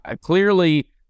clearly